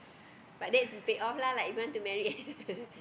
but that is if is paid off lah like if you want to married